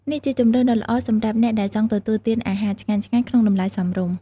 នេះជាជម្រើសដ៏ល្អសម្រាប់អ្នកដែលចង់ទទួលទានអាហារឆ្ងាញ់ៗក្នុងតម្លៃសមរម្យ។